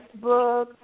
Facebook